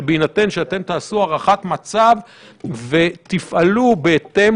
שבהינתן שאתם תעשו הערכת מצב ותפעלו בהתאם